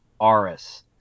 Aris